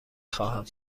خواهم